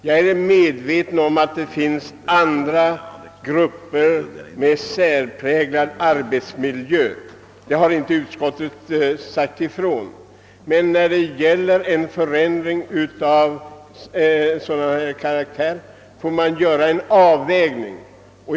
Jag är medveten om att det finns andra grupper med särpräglad arbetsmiljö. Utskottet har inte sagt något härom, men när det gäller en förändring av sådan här karaktär får man göra en avvägning...